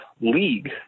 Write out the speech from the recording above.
league